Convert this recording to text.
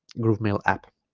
groovemail app